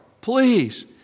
please